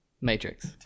Matrix